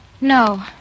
No